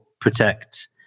protect